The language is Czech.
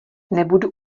nebudu